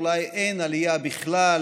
אולי אין עלייה בכלל,